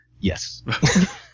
yes